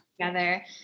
together